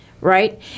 Right